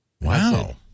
Wow